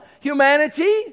humanity